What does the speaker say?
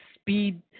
speed